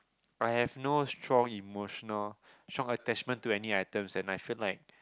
I have no strong emotional strong attachment to any items and I feel like